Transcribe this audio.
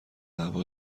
هوا